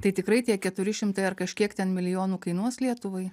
tai tikrai tie keturi šimtai ar kažkiek ten milijonų kainuos lietuvai